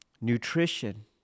Nutrition